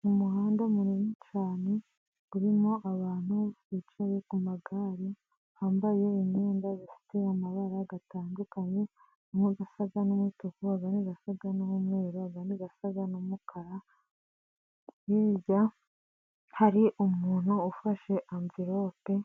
Mu muhanda munini cyane, urimo abantu bicaye ku magare bambaye imyenda ifite amabara atandukanye, amwe asa n'umutuku, ayandi asa n'umweru, ayandi asa n'umukara, hirya hari umuntu ufashe amvelope,